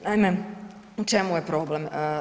Naime u čemu je problem?